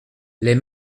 les